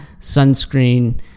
sunscreen